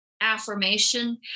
affirmation